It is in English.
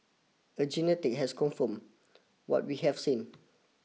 and genetic has confirmed what we have seen